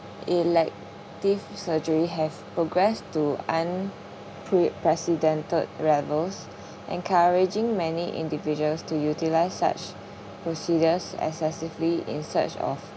elective surgery have progressed to unpre~ precedented levels encouraging many individuals to utilise such procedures excessively in search of